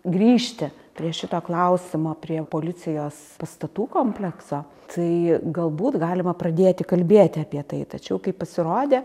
grįžti prie šito klausimo prie policijos pastatų komplekso tai galbūt galima pradėti kalbėti apie tai tačiau kaip pasirodė